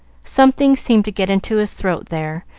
something seemed to get into his throat there,